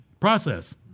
process